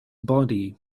body